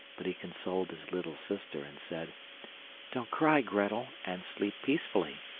but he consoled his little sister, and said don't cry, grettel, and sleep peacefully,